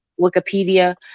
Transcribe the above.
Wikipedia